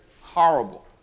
Horrible